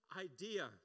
idea